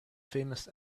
famous